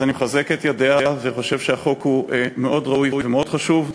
אז אני מחזק את ידיה וחושב שהחוק מאוד ראוי ומאוד חשוב.